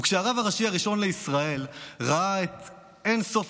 כשהרב הראשי הראשון לישראל ראה את אין-סוף